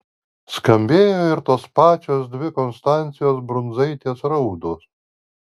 skambėjo ir tos pačios dvi konstancijos brundzaitės raudos